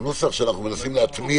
הוא נוסח שאנחנו מנסים להטמיע.